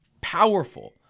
powerful